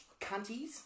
cunties